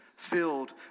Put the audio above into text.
filled